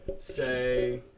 say